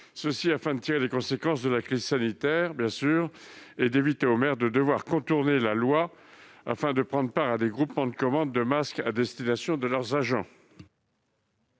Il s'agit de tirer les conséquences de la crise sanitaire et d'éviter aux maires de devoir contourner la loi afin de prendre part à des groupements de commandes de masques à destination de leurs agents.